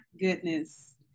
goodness